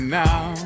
now